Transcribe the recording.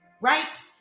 right